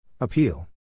Appeal